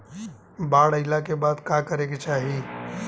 बाढ़ आइला के बाद का करे के चाही?